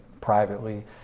privately